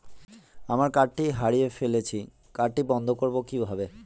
আমার কার্ডটি হারিয়ে ফেলেছি কার্ডটি বন্ধ করব কিভাবে?